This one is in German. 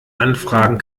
anfragen